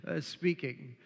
speaking